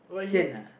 sian uh